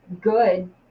good